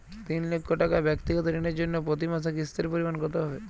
তিন লক্ষ টাকা ব্যাক্তিগত ঋণের জন্য প্রতি মাসে কিস্তির পরিমাণ কত হবে?